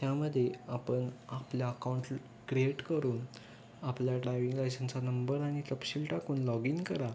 त्यामध्ये आपण आपल्या अकाऊंट क्रिएट करून आपल्या ड्रायविंग लायसनचा नंबर आणि तपशील टाकून लॉग इन करा